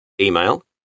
Email